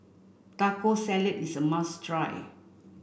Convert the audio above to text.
Taco Salad is a must try